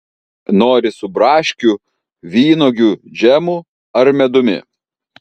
nori su braškių vynuogių džemu ar medumi